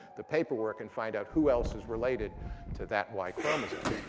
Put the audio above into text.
the paperwork and find out who else is related to that y chromosome.